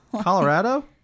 Colorado